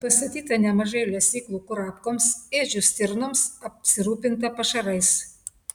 pastatyta nemažai lesyklų kurapkoms ėdžių stirnoms apsirūpinta pašarais